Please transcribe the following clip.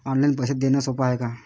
Online पैसे देण सोप हाय का?